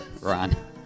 Ron